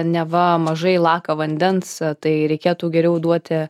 neva mažai laka vandens tai reikėtų geriau duoti